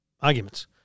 arguments